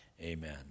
Amen